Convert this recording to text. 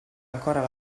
ancora